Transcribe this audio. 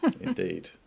Indeed